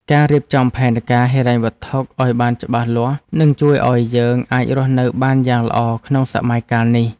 ការរៀបចំផែនការហិរញ្ញវត្ថុឱ្យបានច្បាស់លាស់នឹងជួយឱ្យយើងអាចរស់នៅបានយ៉ាងល្អក្នុងសម័យកាលនេះ។